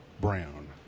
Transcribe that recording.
Brown